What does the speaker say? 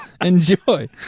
Enjoy